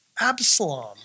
Absalom